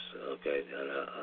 okay